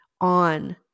on